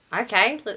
Okay